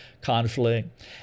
conflict